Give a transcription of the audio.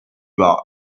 bar